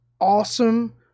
awesome